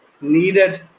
needed